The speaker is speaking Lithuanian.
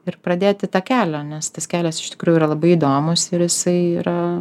ir pradėti tą kelią nes tas kelias iš tikrųjų yra labai įdomus ir jisai yra